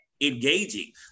engaging